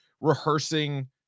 rehearsing